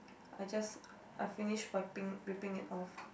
I just I finish wiping whipping it off